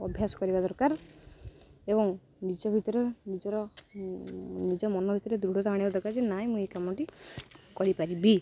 ଅଭ୍ୟାସ କରିବା ଦରକାର ଏବଂ ନିଜ ଭିତରେ ନିଜର ନିଜ ମନ ଭିତରେ ଦୃଢ଼ତା ଆଣିବା ଦରକାର ଯେ ନାଇଁ ମୁଁ ଏଇ କାମଟି କରିପାରିବି